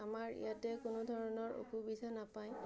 আমাৰ ইয়াতে কোনো ধৰণৰ অসুবিধা নাপায়